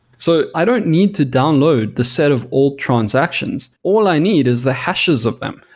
so i don't need to download the set of all transactions. all i need is the hashes of them.